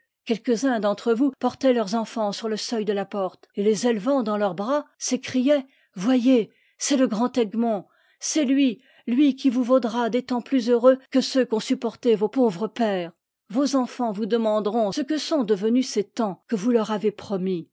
quelques-uns d'entre vous por taient leurs enfants sur le seuil de la porte et les élevant dans leurs bras s'écriaient voyez c'est le grand egmont c'est lui lui qui vous vaudra des temps plus heureux que ceux qu'ont supportés vos pauvres pères vos enfants vous demanderont ce que sont devenus ces temps que vous leur avez promis